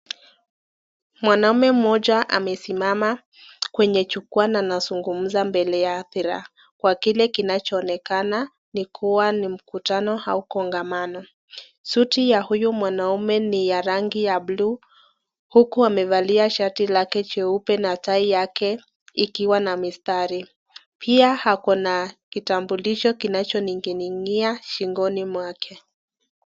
Mwanaume mmoja amesimama kwenye jukwaa na anazungumza mbele ya hadhira, kwa kile kinachoonekana ni kuwa ni mkutano au kongamano, suti ya huyu mwanaume ni ya rangi ya buluu huku amevalia shati lake jeupe na tai yake ikiwa na mistari. Pia ako na kitambulisho kinacho ning'inia shingoni mwake.